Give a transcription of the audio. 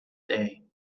day